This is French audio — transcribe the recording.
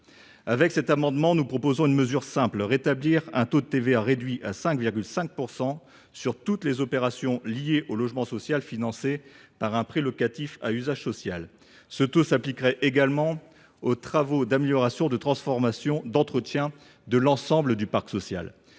Par cet amendement, nous proposons une mesure simple : rétablir un taux de TVA réduit à 5,5 % sur toutes les opérations liées au logement social et financées par un prêt locatif à usage social. Ce taux s’appliquerait également aux travaux d’amélioration, de transformation et d’entretien de l’ensemble du parc social.